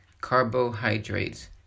carbohydrates